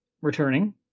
Returning